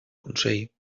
consell